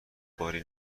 باری